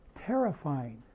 terrifying